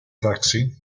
taxi